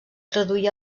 traduí